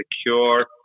secure